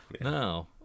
No